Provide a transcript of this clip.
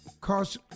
Cause